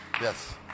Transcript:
Yes